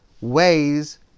ways